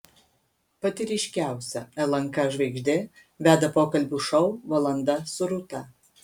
pati ryškiausia lnk žvaigždė veda pokalbių šou valanda su rūta